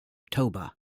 toba